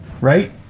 right